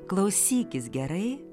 klausykis gerai